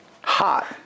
Hot